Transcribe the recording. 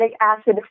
acid